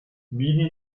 willi